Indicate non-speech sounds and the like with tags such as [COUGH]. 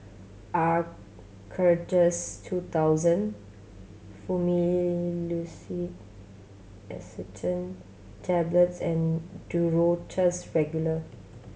Acardust two thousand [UNINTELLIGIBLE] Tablets and Duro Tuss Regular